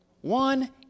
One